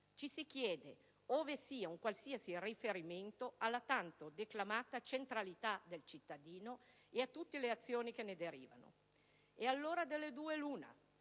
Ci si chiede ove sia un qualsiasi riferimento alla tanto declamata centralità del cittadino e a tutte le azioni che ne derivano. Ed allora delle due l'una: